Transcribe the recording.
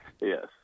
Yes